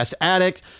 addict